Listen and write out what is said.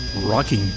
rocking